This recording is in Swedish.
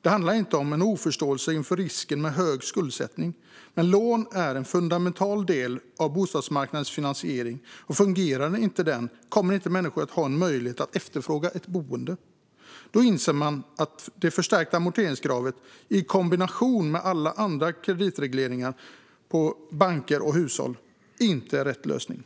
Det handlar inte om en oförståelse av risken med hög skuldsättning. Men lån är en fundamental del av bostadsmarknadens finansiering, och fungerar inte den kommer människor inte att kunna efterfråga ett boende. Då inser man att det förstärka amorteringskravet i kombination med alla andra kreditregleringar för banker och hushåll inte är rätt lösning.